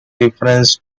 reference